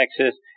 Texas